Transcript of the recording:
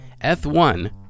F1